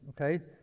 okay